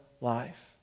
life